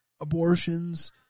abortions